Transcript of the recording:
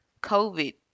covid